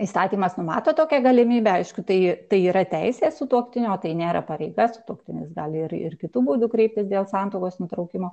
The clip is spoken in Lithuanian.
įstatymas numato tokią galimybę aišku tai tai yra teisė sutuoktinio tai nėra pareiga sutuoktinis gali ir ir kitu būdu kreiptis dėl santuokos nutraukimo